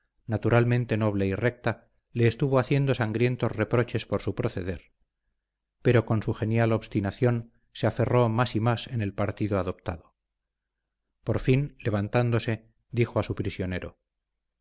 naturalmente noble y recta le estuvo haciendo sangrientos reproches por su proceder pero con su genial obstinación se aferró más y más en el partido adoptado por fin levantándose dijo a su prisionero